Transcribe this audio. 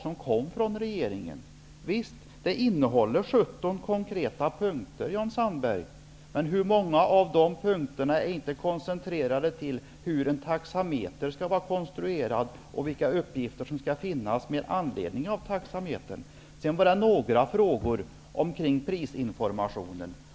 Det innehåller visserligen 17 konkreta punkter, men hur många av de punkterna är inte koncentrerade till hur en taxameter skall vara konstruerad och vilka uppgifter som skall finnas med anledning av taxametern? Sedan är det några frågor om prisinformationen.